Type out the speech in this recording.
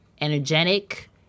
energetic